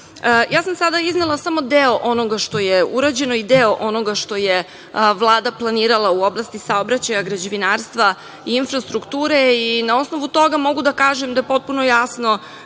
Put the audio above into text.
sam sada iznela samo deo onoga što je urađeno i deo onoga što je Vlada planirala u oblasti saobraćaja, građevinarstva i infrastrukture i na osnovu toga, mogu da kažem, da je potpuno jasno